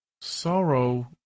Sorrow